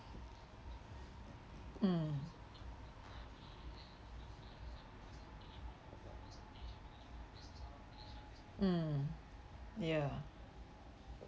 mm mm yeah